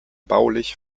baulich